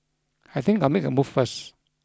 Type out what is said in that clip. I think I'll make a move first